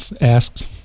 asked